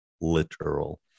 literal